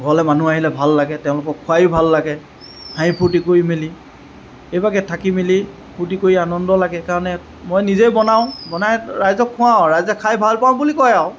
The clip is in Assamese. ঘৰলে মানুহ আহিলে ভাল লাগে তেওঁলোকে খোৱাইও ভাল লাগে হাঁহি ফূৰ্ত্তি কৰি মেলি এই ভাগে থাকি মেলি ফূৰ্ত্তি কৰি আনন্দ লাগে কাৰণে মই নিজে বনাওঁ বনাই ৰাইজক খোৱাও আৰু খাই ভাল পাওঁ বুলি কওঁ আৰু